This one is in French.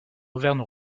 auvergne